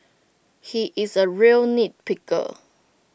he is A real nitpicker